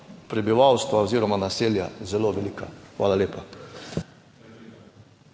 prebivalstva oziroma naselja zelo velika. Hvala lepa.